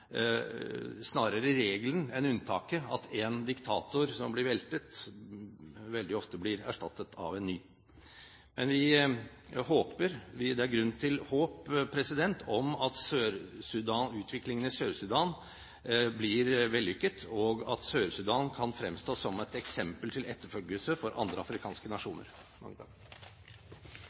snarere regelen enn unntaket at en diktator som blir veltet, veldig ofte blir erstattet av en ny. Men vi håper det er grunn til håp om at utviklingen i Sør-Sudan blir vellykket, og at Sør-Sudan kan fremstå som et eksempel til etterfølgelse for andre afrikanske nasjoner.